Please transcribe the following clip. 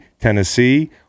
Tennessee